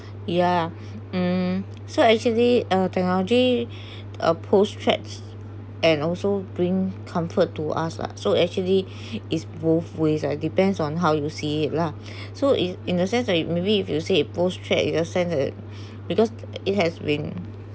ya mm so actually uh technology uh pose threats and also bring comfort to us lah so actually is both ways uh depends on how you see it lah so is in a sense like maybe if you see a pose threat you ascend it because it has been